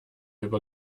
über